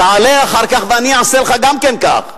תעלה אחר כך ואני אעשה לך גם כן כך.